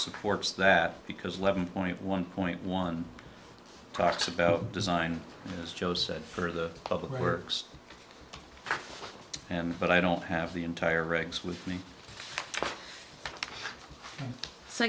supports that because let me point one point one talks about design as joe said for the public works and but i don't have the entire regs with me